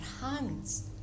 hands